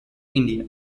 india